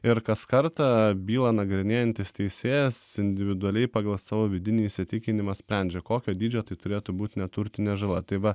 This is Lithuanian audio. ir kas kartą bylą nagrinėjantis teisėjas individualiai pagal savo vidinį įsitikinimą sprendžia kokio dydžio tai turėtų būt neturtinė žala tai va